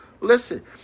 Listen